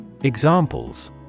Examples